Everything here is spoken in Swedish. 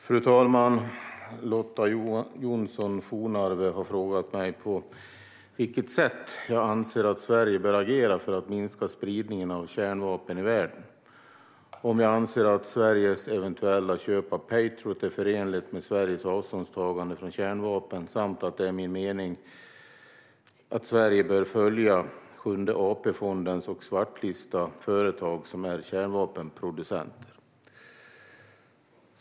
Fru talman! Lotta Johnsson Fornarve har frågat mig på vilket sätt jag anser att Sverige bör agera för att minska spridningen av kärnvapen i världen, om jag anser att Sveriges eventuella köp av Patriot är förenligt med Sveriges avståndstagande från kärnvapen samt om det är min mening att Sverige bör följa Sjunde AP-fonden och svartlista företag som är kärnvapenproducenter.